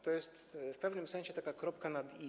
To jest w pewnym sensie taka kropka nad „i”